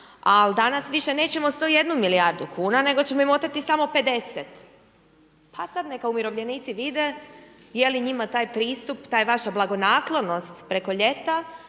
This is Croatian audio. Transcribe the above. ali danas više nećemo 101 milijardu kuna, nego ćemo im oteti samo 50. Pa sad neka umirovljenici vide je li njima taj pristup, ta vaša blagonaklonost preko ljeta,